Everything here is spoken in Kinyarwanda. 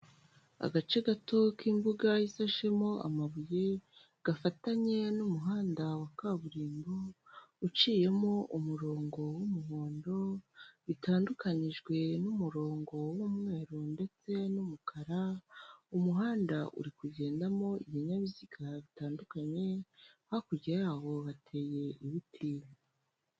Agace gato k'imbuga isashemo amabuye, gafatanye n'umuhanda wa kaburimbo, uciyemo umurongo w'umuhondo, bitandukanijwe n'umurongo w'umweru, ndetse n'umukara, umuhanda uri kugendamo ibinyabiziga bitandukanye, hakurya yaho bateye ibiti.